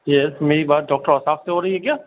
یس میری بات ڈاکٹر اوصاف سے ہو رہی ہے کیا